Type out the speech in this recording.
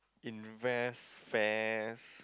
invest fairs